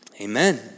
amen